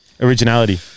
Originality